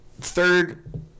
Third